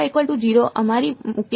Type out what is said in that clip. વિદ્યાર્થી 0